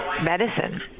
medicine